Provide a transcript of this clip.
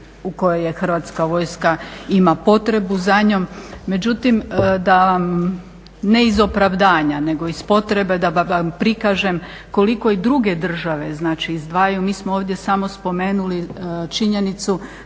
u kojoj je Hrvatska vojska ima potrebu za njom. Međutim, ne iz opravdanja nego iz potreba da vam prikažem koliko i druge države izdvajaju. Mi smo ovdje samo spomenuli činjenicu